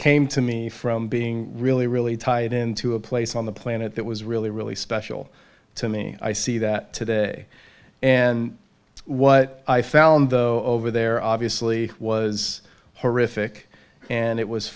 came to me from being really really tied into a place on the planet that was really really special to me i see that today and what i found though over there obviously was horrific and it was